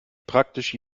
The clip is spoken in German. praktisch